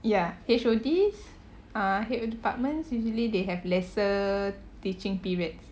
ya H_O_D uh head of departments usually they have lesser teaching periods